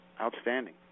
Outstanding